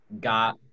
got